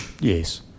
Yes